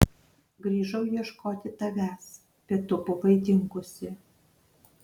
grįžau ieškoti tavęs bet tu buvai dingusi